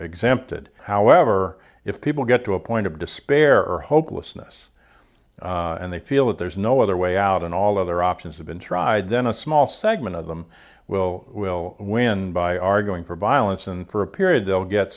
exempted however if people get to a point of despair or hopelessness and they feel that there's no other way out and all other options have been tried then a small segment of them well will win by arguing for violence and for a period they'll get